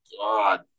god